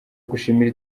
gushimira